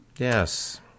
Yes